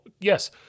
yes